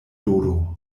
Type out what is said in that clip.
dodo